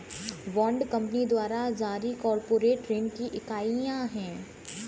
bond company द्वारा जारी corporate ऋण की इकाइयां हैं